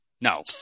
no